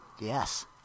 Yes